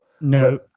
No